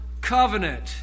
covenant